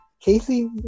Casey